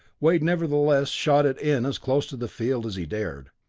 wade nevertheless shot it in as close to the field as he dared.